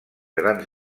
grans